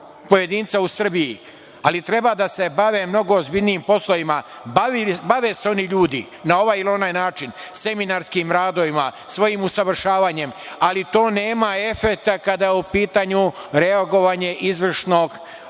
pojedinca u Srbiji, ali treba da se bave mnogo ozbiljnijim poslovima. Bave se oni ljudi na ovaj ili onaj način seminarskim radovima, svojim usavršavanjem, ali to nema efekta kada je u pitanju reagovanje izvršnog